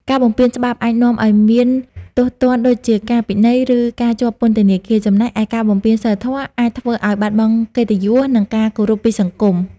ការបំពានច្បាប់អាចនាំឲ្យមានទោសទណ្ឌដូចជាការពិន័យ ឬការជាប់ពន្ធនាគារ ចំណែកឯការបំពានសីលធម៌អាចធ្វើឲ្យបាត់បង់កិត្តិយស និងការគោរពពីសង្គម។